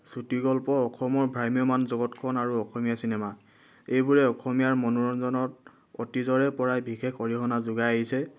চুটি গল্প অসমৰ ভ্ৰাম্যমান জগতখন আৰু অসমীয়া চিনেমা এইবোৰে অসমীয়াৰ মনোৰঞ্জনত অতীজৰে পৰাই বিশেষ অৰিহণা যোগাই আহিছে